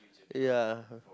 ya